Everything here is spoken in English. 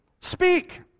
Speak